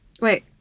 Wait